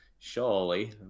surely